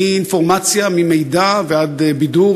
מאינפורמציה, ממידע, ועד בידור